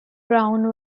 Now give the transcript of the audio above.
brown